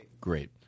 Great